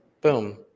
Boom